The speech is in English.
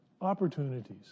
Opportunities